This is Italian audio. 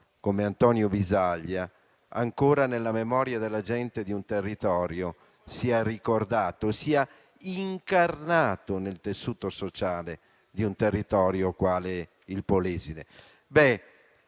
come Antonio Bisaglia ancora nella memoria della gente di un territorio, che viene ricordato, che si è incarnato nel tessuto sociale di un territorio quale il Polesine.